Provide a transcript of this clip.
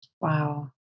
Wow